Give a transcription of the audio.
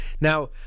Now